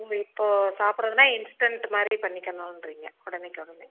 okay இப்போது சாப்புடுறதுன்னா instant மாதிரி பண்ணிக்கணுன்றீங்க உடனேக்கொடனே